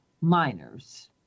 minors